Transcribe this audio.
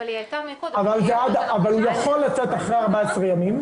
אבל הוא יכול לצאת אחרי 14 ימים.